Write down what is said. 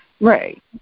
Right